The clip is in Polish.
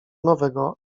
nowego